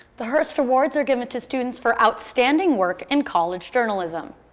the hearst awards are given to students for outstanding work in college journalism.